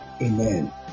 Amen